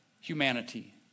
humanity